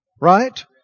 right